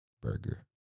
burger